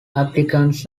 applicants